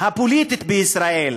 הפוליטית בישראל,